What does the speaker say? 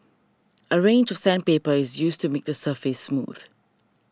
a range of sandpaper is used to make the surface smooth